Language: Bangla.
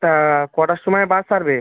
তা কটার সময় বাস ছাড়বে